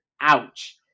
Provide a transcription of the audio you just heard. Ouch